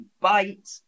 bite